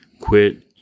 quit